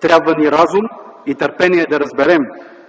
Трябва ни разум и търпение да разберем,